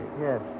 Yes